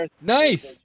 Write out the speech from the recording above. Nice